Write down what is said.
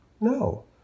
No